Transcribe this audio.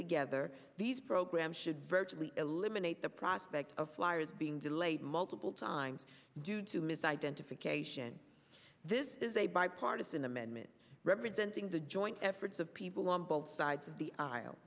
together these programs should virtually eliminate the prospect of flyers being delayed multiple times due to ms identification this is a bipartisan amendment representing the joint efforts of people on both sides of the